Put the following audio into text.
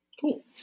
Cool